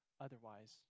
otherwise